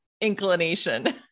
inclination